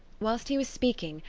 whilst he was speaking,